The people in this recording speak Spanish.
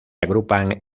agrupan